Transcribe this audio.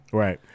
right